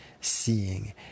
seeing